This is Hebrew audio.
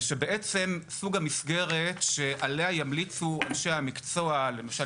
ושסוג המסגרת שעליה ימליצו אנשי המקצוע למשל